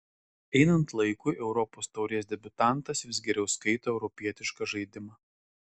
einant laikui europos taurės debiutantas vis geriau skaito europietišką žaidimą